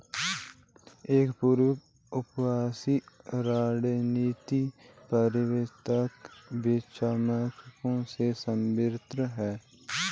एक पूर्ण वापसी रणनीति पारंपरिक बेंचमार्क से स्वतंत्र हैं